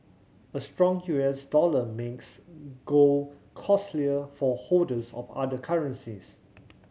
a strong U S dollar makes gold costlier for holders of other currencies